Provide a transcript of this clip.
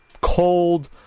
cold